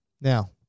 Now